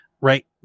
right